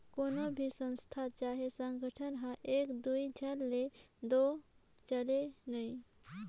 कोनो भी संस्था चहे संगठन हर एक दुई झन ले दो चले नई